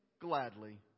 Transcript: gladly